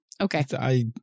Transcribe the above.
Okay